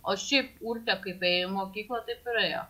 o šiaip urtė kaip ėjo į mokyklą taip ir ėjo